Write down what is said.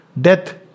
death